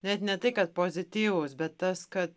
net ne tai kad pozityvus bet tas kad